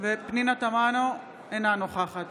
פנינה תמנו, אינה נוכחת